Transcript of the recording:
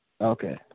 Okay